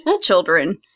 children